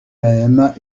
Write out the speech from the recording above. même